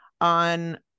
on